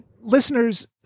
listeners